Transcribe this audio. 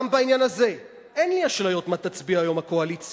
גם בעניין הזה אין לי אשליות מה תצביע היום הקואליציה.